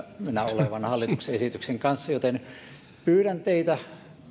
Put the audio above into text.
käsiteltävänä olevan hallituksen esityksen kanssa joten pyydän teitä